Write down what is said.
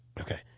Okay